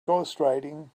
ghostwriting